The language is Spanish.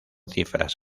cifras